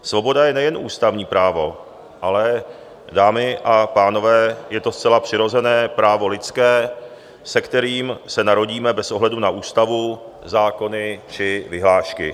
Svoboda je nejen ústavní právo, ale dámy a pánové, je to zcela přirozené právo lidské, s kterým se narodíme bez ohledu na ústavu, zákony či vyhlášky.